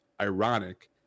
ironic